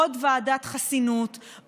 עוד ועדת חסינות,